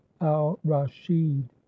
al-rashid